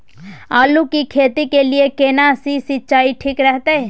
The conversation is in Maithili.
आलू की खेती के लिये केना सी सिंचाई ठीक रहतै?